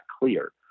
clear